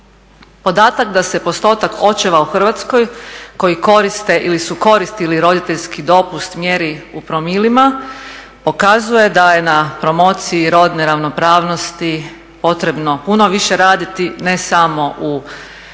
Podatak da se postotak očeva u Hrvatskoj koji koriste ili su koristili roditeljski dopust mjeri u promilima, pokazuje da je na promociji rodne ravnopravnosti potrebno puno više raditi ne samo u javnoj